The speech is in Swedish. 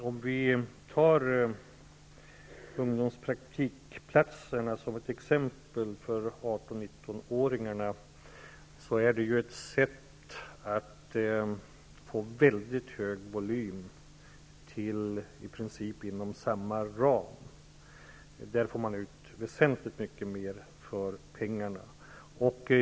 Herr talman! Låt oss som ett exempel ta ungdomspraktikplatserna för 18-- 19-åringarna. De är ett sätt att få mycket hög volym inom i princip samma ram. Där får man ut väsentligt mer för pengarna.